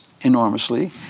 enormously